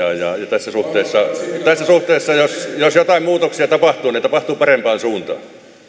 tässä suhteessa tässä suhteessa jos jos jotain muutoksia tapahtuu ne tapahtuvat parempaan suuntaan